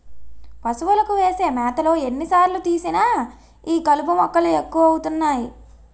పశువులకు వేసే మేతలో ఎన్ని సార్లు తీసినా ఈ కలుపు మొక్కలు ఎక్కువ అవుతున్నాయి